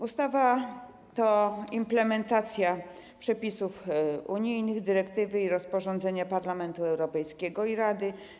Ustawa to implementacja przepisów unijnych: dyrektywy i rozporządzenia Parlamentu Europejskiego i Rady.